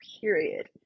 Period